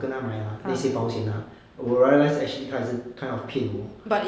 ah 我跟他买啦那些东西啦我 realise 他也是 kind of 骗我